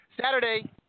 Saturday